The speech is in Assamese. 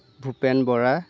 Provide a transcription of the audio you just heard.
ভূপেন বৰা